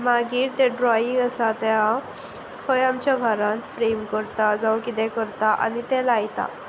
मागीर ते ड्रॉईंग आसा ते हांव खंय आमच्या घरान फ्रेम करता जावं कितें करता आनी तें लायता